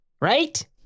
right